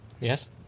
Yes